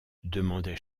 demandait